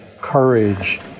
courage